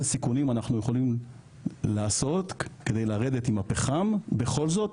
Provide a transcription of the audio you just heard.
סיכונים אנחנו יכולים לעשות כדי לרדת עם הפחם בכל זאת,